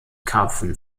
karpfen